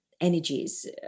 energies